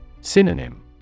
Synonym